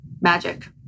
magic